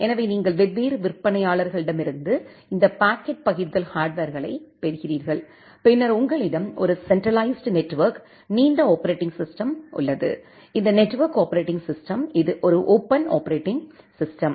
எனவே நீங்கள் வெவ்வேறு விற்பனையாளர்களிடமிருந்து இந்த பாக்கெட் பகிர்தல் ஹார்ட்வர்களை பெறுகிறீர்கள் பின்னர் உங்களிடம் ஒரு சென்ட்ரலைஸ்டு நெட்வொர்க் நீண்ட ஆப்பரேட்டிங் சிஸ்டம் உள்ளது இந்த நெட்வொர்க் ஆப்பரேட்டிங் சிஸ்டம் இது ஒரு ஓபன் ஆப்பரேட்டிங் சிஸ்டம்